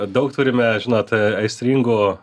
daug turime žinot aistringų